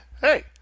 hey